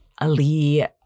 Ali